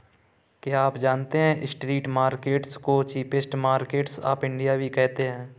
क्या आप जानते है स्ट्रीट मार्केट्स को चीपेस्ट मार्केट्स ऑफ इंडिया भी कहते है?